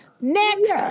Next